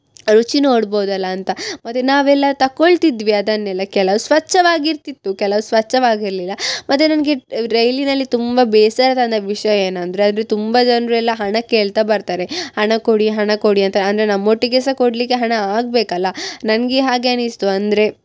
ರುಚಿ ನೋಡ್ಬೋದಲ್ಲ ಅಂತ ಮತ್ತು ನಾವೆಲ್ಲ ತಕೊಳ್ತಿದ್ವಿ ಅದನ್ನೆಲ್ಲ ಕೆಲವು ಸ್ವಚ್ಛವಾಗಿ ಇರ್ತಿತ್ತು ಕೆಲವು ಸ್ವಚ್ಛವಾಗಿ ಇರಲಿಲ್ಲ ಮತ್ತು ನನಗೆ ರೈಲಿನಲ್ಲಿ ತುಂಬ ಬೇಸರ ತಂದ ವಿಷಯ ಏನಂದರೆ ಅಂದರೆ ತುಂಬ ಜನರು ಎಲ್ಲ ಹಣ ಕೇಳ್ತ ಬರ್ತಾರೆ ಹಣ ಕೊಡಿ ಹಣ ಕೊಡಿ ಅಂತ ಅಂದರೆ ನಮ್ಮೊಟ್ಟಿಗೆ ಸಹ ಕೊಡಲಿಕ್ಕೆ ಹಣ ಆಗಬೇಕಲ್ಲ ನನಗೆ ಹಾಗೆ ಅನಿಸಿತು ಅಂದರೆ